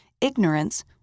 ignorance